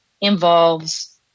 involves